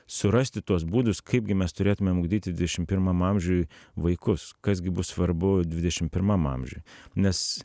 surasti tuos būdus kaipgi mes turėtumėm ugdyti dvidešim pirmam amžiuj vaikus kas gi bus svarbu dvidešim pirmam amžiuj nes